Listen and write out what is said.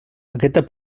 aquesta